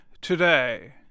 today